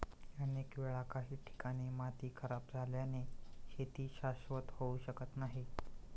अनेक वेळा काही ठिकाणी माती खराब झाल्याने शेती शाश्वत होऊ शकत नाही